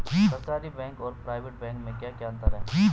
सरकारी बैंक और private bank में क्या क्या अंतर हैं?